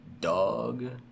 Dog